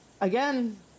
again